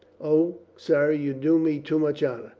o, sir, you do me too much honor.